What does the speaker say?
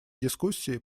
дискуссии